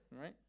right